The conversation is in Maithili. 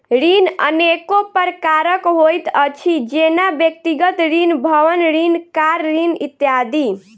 ऋण अनेको प्रकारक होइत अछि, जेना व्यक्तिगत ऋण, भवन ऋण, कार ऋण इत्यादि